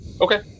Okay